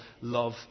love